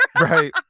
Right